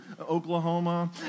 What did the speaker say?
Oklahoma